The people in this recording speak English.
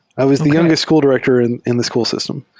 i was the youngest school director in in the school system,